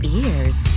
ears